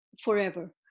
forever